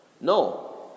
No